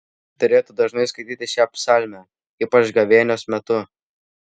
derėtų dažnai skaityti šią psalmę ypač gavėnios metu